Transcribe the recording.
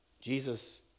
Jesus